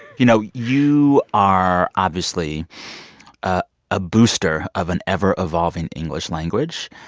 you know, you are obviously a ah booster of an ever-evolving english language.